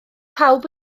pawb